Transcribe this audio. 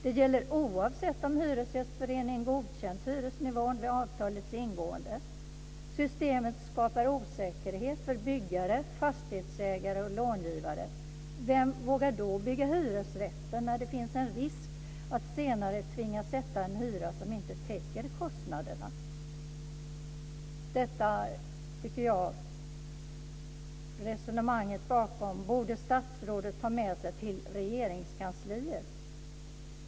Det gäller oavsett om Hyresgästföreningen godkänt hyresnivån vid avtalets ingående. Systemet skapar osäkerhet för byggare, fastighetsägare och långivare. Vem vågar då bygga hyresrätter när det finns en risk att senare tvingas sätta en hyra som inte täcker kostnaderna? Detta resonemang tycker jag att statsrådet borde ta med sig till Regeringskansliet.